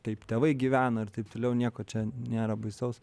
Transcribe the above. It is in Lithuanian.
taip tėvai gyvena ir taip toliau nieko čia nėra baisaus